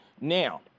Now